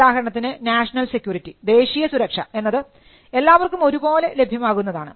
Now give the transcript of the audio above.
ഉദാഹരണത്തിന് national security ദേശീയ സുരക്ഷ എന്നത് എല്ലാവർക്കും ഒരുപോലെ ലഭ്യമാകുന്നതാണ്